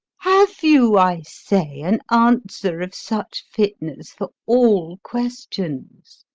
have you, i, say, an answer of such fitness for all questions?